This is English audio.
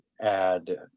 add